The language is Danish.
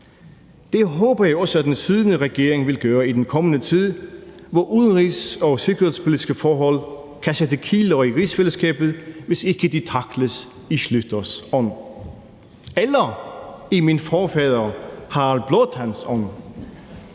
Det håber jeg også den siddende regering vil gøre i den kommende tid, hvor udenrigs- og sikkerhedspolitiske forhold kan sætte kiler i rigsfællesskabet, hvis ikke de tackles i Schlüters ånd – eller i min forfader Harald Blåtands ånd.